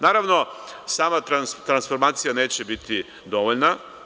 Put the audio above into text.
Naravno, sama transformacija neće biti dovoljna.